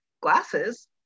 glasses